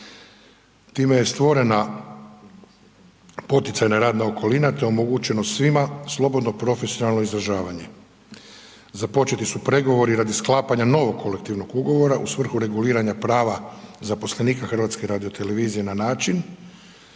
time je stvorena poticajna radna okolina te je omogućeno svima slobodno profesionalno izražavanje. Započeti su pregovori radi sklapanja novog kolektivnog ugovora u svrhu reguliranja prava zaposlenika HRT-a na način